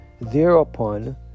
thereupon